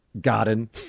garden